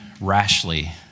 rashly